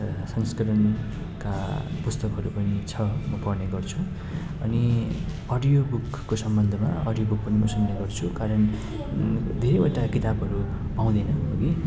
संस्करणका पुस्तकहरू पनि छ म पढ्ने गर्छु अनि अडियो बुकको सम्बन्धमा अडियो बुक पनि म सुन्ने गर्छु कारण धेरैवटा किताबहरू पाउँदिनँ हगि